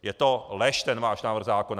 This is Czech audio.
Je to lež, ten váš návrh zákona.